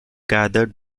gathered